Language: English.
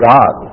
God